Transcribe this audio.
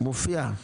מופיע.